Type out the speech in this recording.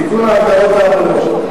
תיקון ההגדרות האמורות.